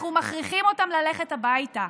אנחנו מכריחים אותם ללכת הביתה,